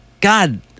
God